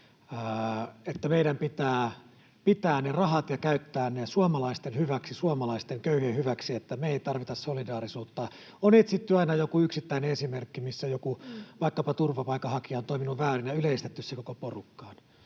että meidän pitää pitää rahat ja käyttää ne suomalaisten hyväksi, suomalaisten köyhien hyväksi, että me ei tarvita solidaarisuutta. On etsitty aina joku yksittäinen esimerkki, missä vaikkapa joku turvapaikanhakija on toiminut väärin, ja on yleistetty se koko porukkaan.